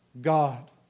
God